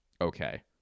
Okay